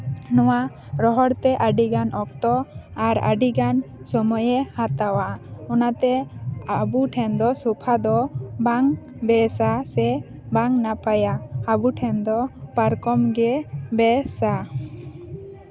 ᱱᱚᱣᱟ ᱨᱚᱦᱚᱲ ᱛᱮ ᱟᱹᱰᱤᱜᱟᱱ ᱚᱠᱛᱚ ᱟᱨ ᱟᱹᱰᱤᱜᱟᱱ ᱥᱚᱢᱚᱭᱮ ᱦᱟᱛᱟᱣᱟ ᱚᱱᱟᱛᱮ ᱟᱵᱚ ᱴᱷᱮᱱ ᱫᱚ ᱥᱳᱯᱷᱟ ᱫᱚ ᱵᱟᱝ ᱵᱮᱥᱟ ᱥᱮ ᱵᱟᱝ ᱱᱟᱯᱟᱭᱟ ᱟᱵᱚ ᱴᱷᱮᱱ ᱫᱚ ᱯᱟᱨᱠᱚᱢ ᱜᱮ ᱵᱮᱥᱟ